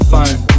phone